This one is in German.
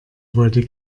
wollte